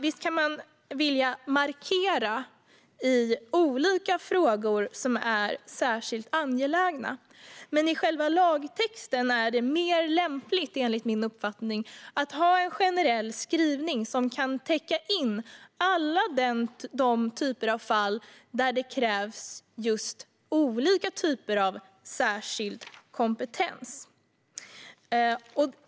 Visst kan man vilja markera i olika frågor som är särskilt angelägna, men i själva lagtexten är det enligt min uppfattning lämpligare att ha en generell skrivning som kan täcka in alla de typer av fall där det krävs just olika typer av särskild kompetens.